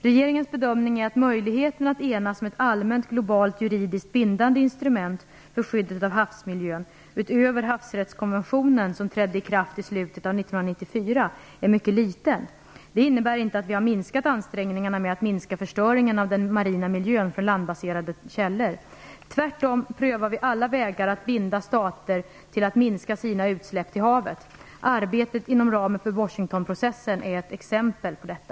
Regeringens bedömning är att möjligheten att enas om ett allmänt globalt juridiskt bindande instrument för skyddet av havsmiljön, utöver havsrättskonventionen som trädde i kraft i slutet av 1994, är mycket liten. Det innebär inte att vi har dämpat ansträngningarna med att minska förstöringen av den marina miljön från landbaserade källor. Tvärtom prövar vi alla vägar att binda stater till att minska sina utsläpp till havet. Arbetet inom ramen för Washingtonprocessen är ett exempel på detta.